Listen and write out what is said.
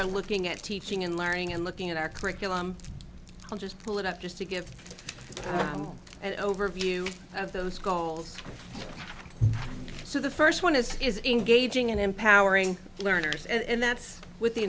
are looking at teaching and learning and looking at our curriculum i'll just pull it up just to give them an overview of those goals so the first one is is engaging and empowering learners and that's with the